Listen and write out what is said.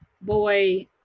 boy